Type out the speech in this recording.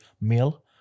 meal